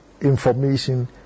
information